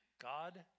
God